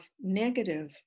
negative